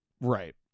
Right